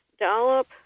dollop